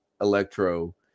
Electro